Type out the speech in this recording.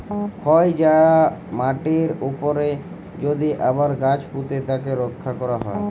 ক্ষয় যায়া মাটির উপরে যদি আবার গাছ পুঁতে তাকে রক্ষা ক্যরা হ্যয়